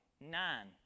Nine